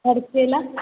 और केला